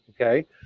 okay